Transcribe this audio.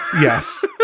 Yes